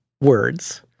words